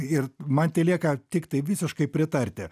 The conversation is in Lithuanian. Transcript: ir man telieka tiktai visiškai pritarti